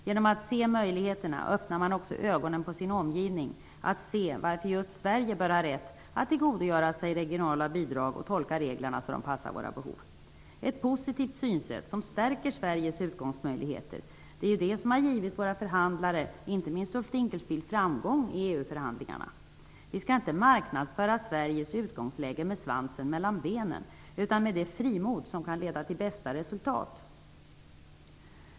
Genom att se möjligheterna öppnar man också ögonen på sin omgivning så att den kan se varför just Sverige bör ha rätt att tillgodogöra sig regionala bidrag och tolka reglerna så att de passar våra behov. Ett positivt synsätt som stärker Sveriges utgångsläge är det som har givit våra förhandlare, och inte minst Ulf Dinkelspiel, framgång i EU förhandlingarna. Vi skall inte marknadsföra Sveriges utgångsläge med svansen mellan benen utan med det frimod som kan leda till bästa resultat.